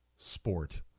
sport